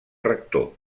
rector